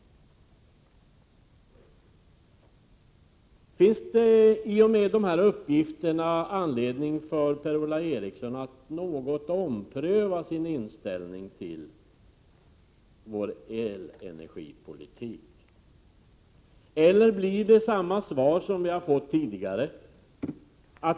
Ger de här uppgifterna anledning för Per-Ola Eriksson att något ompröva inställningen till elenergipolitiken, eller får jag samma svar som jag har fått tidigare?